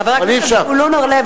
חבר הכנסת זבולון אורלב,